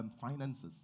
finances